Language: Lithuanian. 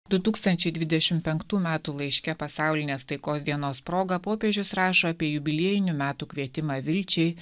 du tūkstančiai dvidešimt penktų metų laiške pasaulinės taikos dienos proga popiežius rašo apie jubiliejinių metų kvietimą vilčiai